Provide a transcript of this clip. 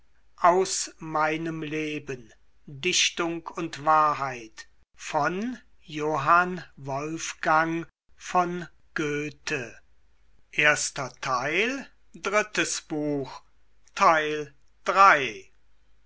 dichtung und wahrheit